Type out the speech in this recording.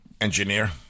engineer